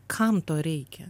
kam to reikia